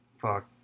Fuck